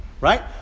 right